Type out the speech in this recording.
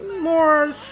more